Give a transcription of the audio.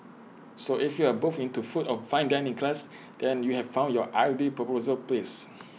so if you are both into food of fine dining class then you have found your ideal proposal place